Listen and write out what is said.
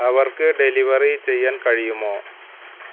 അവർക്ക് ഡെലിവറി ചെയ്യാൻ കഴിയുമോ